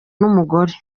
n’umugore